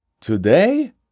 Today